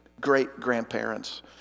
great-grandparents